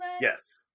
Yes